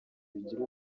bigira